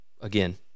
again